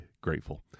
grateful